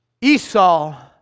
Esau